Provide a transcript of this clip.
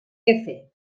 quefer